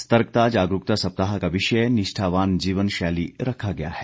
सतर्कता जागरूकता सप्ताह का विषय निष्ठावान जीवन शैली रखा गया है